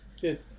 Good